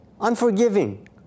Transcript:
unforgiving